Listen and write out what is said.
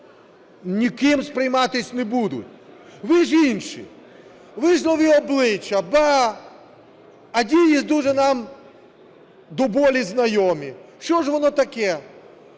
ніким сприйматися не будуть. Ви ж інші, ви ж – "нові обличчя", ба, а дії дуже нам до болі знайомі. Що ж воно таке?